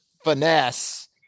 finesse